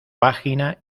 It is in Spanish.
página